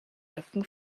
rücken